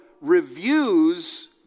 reviews